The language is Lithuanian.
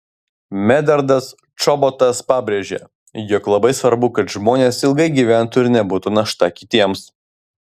medardas čobotas pabrėžė jog labai svarbu kad žmonės ilgai gyventų ir nebūtų našta kitiems